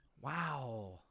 wow